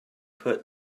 put